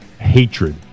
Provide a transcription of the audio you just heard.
hatred